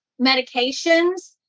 medications